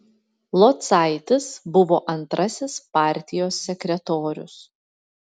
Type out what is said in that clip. locaitis buvo antrasis partijos sekretorius